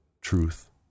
truth